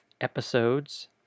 episodes